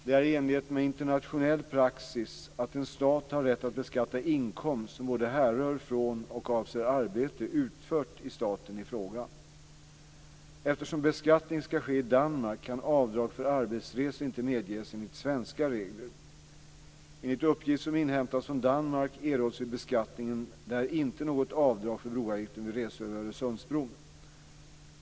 Det är i enlighet med internationell praxis att en stat har rätt att beskatta inkomst som både härrör från och avser arbete utfört i staten i fråga. Eftersom beskattning ska ske i Danmark kan avdrag för arbetsresor inte medges enligt svenska regler. Enligt uppgift som inhämtats från Danmark erhålls vid beskattningen där inte något avdrag för broavgiften vid resor över Öresundsbron.